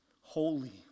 holy